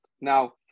Now